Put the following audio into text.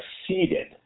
succeeded